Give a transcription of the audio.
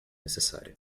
necessária